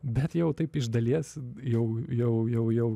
bet jau taip iš dalies jau jau jau